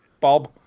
Bob